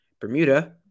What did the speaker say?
Bermuda